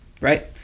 Right